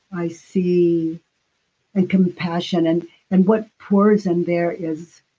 i see, in compassion. and and what pours in there is.